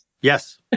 Yes